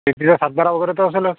शेतीचा सातबारा वगैरे तर असेलच